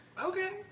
Okay